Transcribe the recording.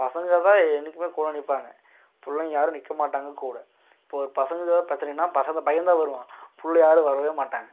பசங்க தான் என்றைக்குமே கூட நிற்பாங்க புள்ளைங்க யாரும் நிற்க மாட்டாங்க கூட இப்போ ஒரு பசங்களுக்கு பிரச்சினைனா பசங்க பையந்தான் வருவான் பிள்ள யாரும் வரவே மாட்டாங்க